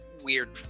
weird